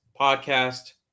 podcast